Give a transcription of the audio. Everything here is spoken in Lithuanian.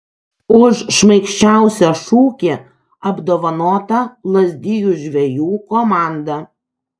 už šmaikščiausią šūkį apdovanota lazdijų žvejų komanda